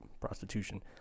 prostitution